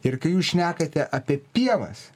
ir kai jūs šnekate apie pievas